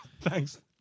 Thanks